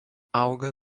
auga